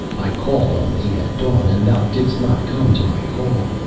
i called on thee at dawn, and thou didst not come to my call.